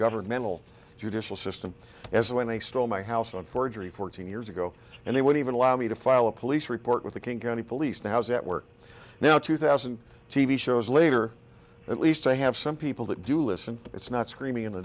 governmental judicial system as when they stole my house on forgery fourteen years ago and they won't even allow me to file a police report with the king county police now how's that work now two thousand t v shows later at least i have some people that do listen it's not screaming in the